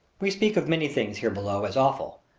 we speak of many things here below as awful,